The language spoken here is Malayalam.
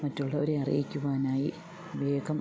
മറ്റുള്ളവരെ അറിയിക്കുവാനായി വേഗം